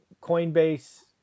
Coinbase